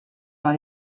dans